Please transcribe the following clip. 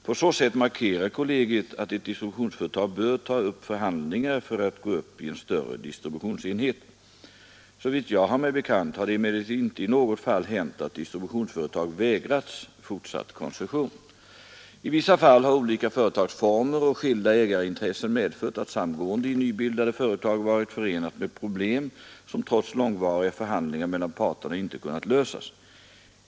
På så sätt markerar kollegiet att ett distributionsföretag bör ta upp förhandlingar för att gå upp i en större distributionsenhet. Såvitt jag har mig bekant har det emellertid inte i något fall hänt att distributionsföretag vägrats fortsatt koncession. I vissa fall har olika företagsformer och skilda ägarintressen medfört att samgående i nybildade företag varit förenat med problem som trots långvariga förhandlingar mellan parterna inte kunnat lösas.